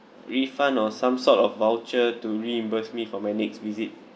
refund or some sort of voucher to reimburse me for my next visit